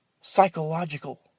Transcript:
psychological